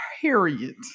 Period